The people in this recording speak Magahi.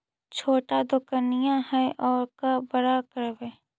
छोटा दोकनिया है ओरा बड़ा करवै?